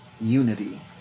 Unity